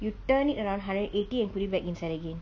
you turn it around hundred and eighty and put it back inside again